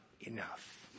enough